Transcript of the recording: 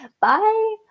Bye